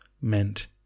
meant